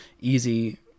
easy